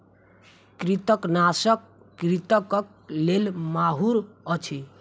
कृंतकनाशक कृंतकक लेल माहुर अछि